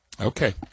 okay